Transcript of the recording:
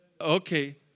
Okay